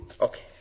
Okay